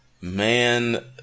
man-